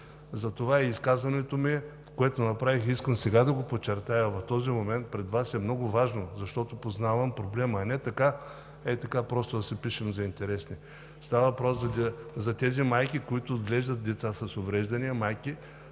Затова и изказването ми, което направих, искам сега да го подчертая в този момент пред Вас, е много важно, защото познавам проблема, а не ей така просто да се пишем за интересни. Става въпрос за тези майки, които отглеждат деца с увреждания, майки,